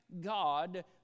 God